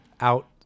out